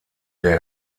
der